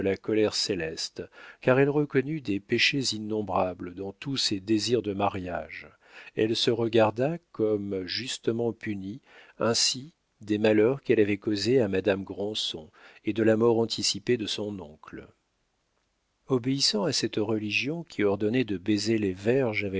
la colère céleste car elle reconnut des péchés innombrables dans tous ses désirs de mariage elle se regarda comme justement punie ainsi des malheurs qu'elle avait causés à madame granson et de la mort anticipée de son oncle obéissant à cette religion qui ordonne de baiser les verges